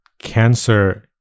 Cancer